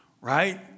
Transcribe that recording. right